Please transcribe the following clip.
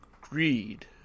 Greed